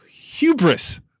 hubris